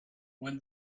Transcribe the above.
when